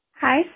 Hi